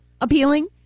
appealing